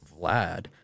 Vlad